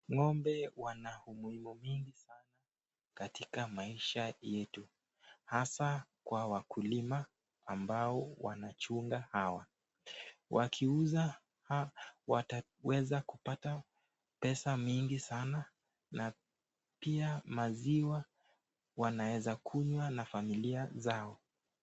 Ng'ombe wana umuhimu mwingi sana katika maisha yetu hasa kwa wakulima ambao wanachunga hawa. Wakiuza wataweza kupata pesa mingi sana na pia maziwa wanaweza kunywa na familia zao.